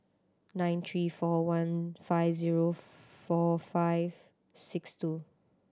nine three four one five zero four five six two